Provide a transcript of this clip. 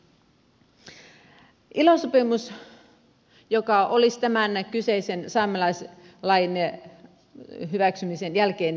ilo sopimus olisi tämän kyseisen saamelaislain hyväksymisen jälkeinen asia